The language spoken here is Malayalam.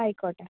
ആയിക്കോട്ടെ